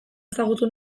ezagutu